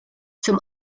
zum